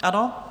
Ano?